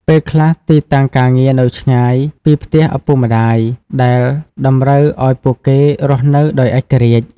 ពេលខ្លះ ទីតាំងការងារនៅឆ្ងាយពីផ្ទះឪពុកម្តាយ ដែលតម្រូវឱ្យពួកគេរស់នៅដោយឯករាជ្យ។